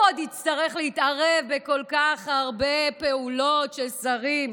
הוא עוד יצטרך להתערב בכל כך הרבה פעולות של שרים.